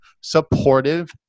Supportive